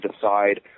decide